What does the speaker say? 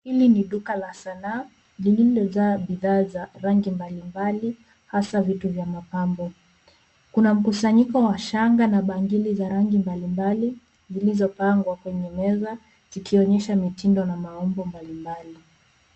Hili ni duka la sanaa, lililojaa bidhaa za rangi mbalimbali hasa vitu vya mapambo. Kuna mkusanyiko wa shanga na bangili za rangi mbalimbali, zilizo pangwa kwenye meza zikionyesha mitindo na maumbo mbalimbali.